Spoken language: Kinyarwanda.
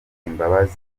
imbabazi